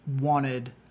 wanted